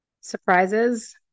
surprises